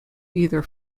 either